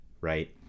right